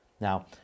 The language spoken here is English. Now